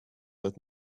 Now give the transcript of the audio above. that